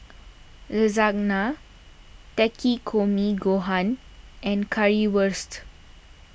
Lasagna Takikomi Gohan and Currywurst